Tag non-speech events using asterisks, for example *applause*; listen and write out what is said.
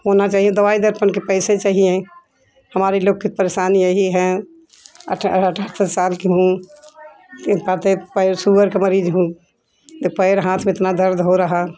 होना चाहिए दवाई दर्पण के पैसे चाहिए हमारे लोग के परेशानी यही है अठहतर साल की हूँ *unintelligible* पैर सुगर का मरीज़ हूँ त पैर हाथ इतना दर्द हो रहा